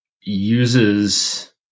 uses